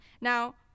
Now